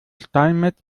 steinmetz